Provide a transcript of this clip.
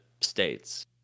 states